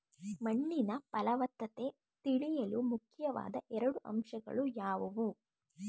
ಮಣ್ಣಿನ ಫಲವತ್ತತೆ ತಿಳಿಯಲು ಮುಖ್ಯವಾದ ಎರಡು ಅಂಶಗಳು ಯಾವುವು?